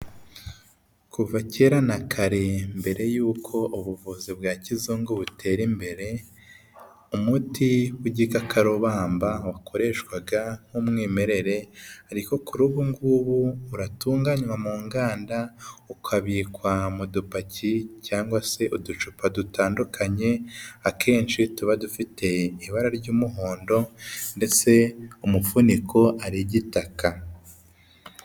Kuva kera na kare mbere y'uko ubuvuzi bwa kizungu butera imbere, umuti w'igikakarubamba wakoreshwaga nk'umwimerere, ariko kuri ubu ngubu uratunganywa mu nganda, ukabikwa mu dupaki cyangwa se uducupa dutandukanye, akenshi tuba dufite ibara ry'umuhondo ndetse umufuniko ari igitaka.